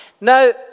Now